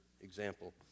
example